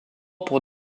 pour